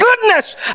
goodness